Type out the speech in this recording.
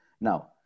Now